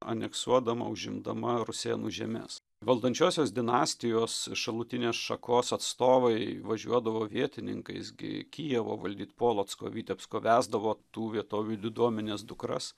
aneksuodama užimdama rusėnų žemes valdančiosios dinastijos šalutinės šakos atstovai važiuodavo vietininkais gi kijevo valdyt polocko vitebsko vesdavo tų vietovių diduomenės dukras